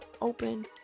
open